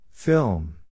Film